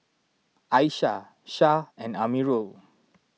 Aishah Syah and Amirul